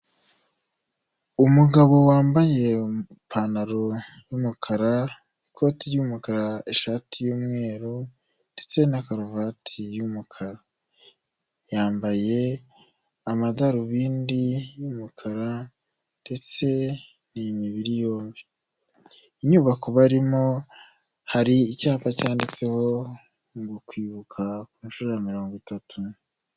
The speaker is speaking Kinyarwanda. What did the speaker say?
Umugabo wambaye ipantaro y'umukara, koti ry'umukara, ishati y'umweru ndetse na karuvati y'umukara, yambaye amadarubindi y'umukara ndetse ni imibiri bombi. Inyubako barimo, hari icyapa cyanditseho ngo kwibuka ku nshuro ya mirongo itatu.